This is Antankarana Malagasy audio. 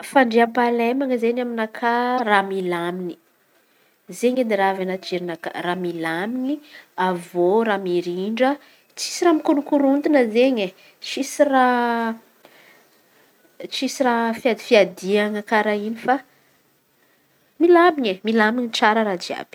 Fandriam-pahaleman̈a izen̈y aminakà raha milamin̈y izen̈y edy raha anaty fijerinakà. Raha milamiy avy eo raha mirindra tsy misy raha mikorokorontan̈a izen̈y tsisy raha fihadi- fiadian̈a karà in̈y fa milaminy milaminy tsara raha jiàby.